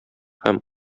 һәм